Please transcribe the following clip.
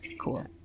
cool